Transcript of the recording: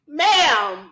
ma'am